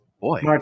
boy